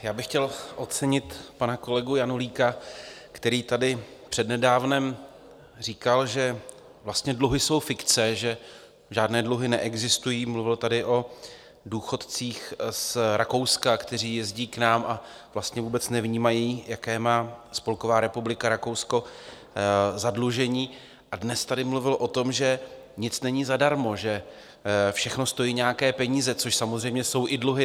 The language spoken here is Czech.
Já bych chtěl ocenit pana kolegu Janulíka, který tady přednedávnem říkal, že vlastně dluhy jsou fikce, že žádné dluhy neexistují, mluvil tady o důchodcích z Rakouska, kteří jezdí k nám a vlastně vůbec nevnímají, jaké má spolková republika Rakousko zadlužení, a dnes tady mluvil o tom, že nic není zadarmo, že všechno stojí nějaké peníze, což samozřejmě jsou i dluhy.